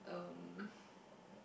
um